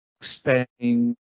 spending